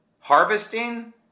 harvesting